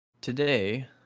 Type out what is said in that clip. today